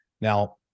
Now